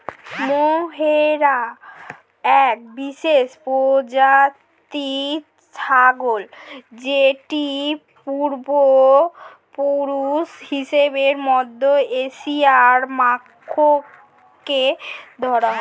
mohair এক বিশেষ প্রজাতির ছাগল যেটির পূর্বপুরুষ হিসেবে মধ্য এশিয়ার মাখরকে ধরা হয়